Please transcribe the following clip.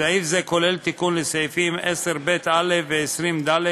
סעיף זה כולל תיקון לסעיפים 10ב(א) ו-20(ד)